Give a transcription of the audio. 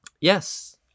Yes